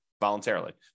voluntarily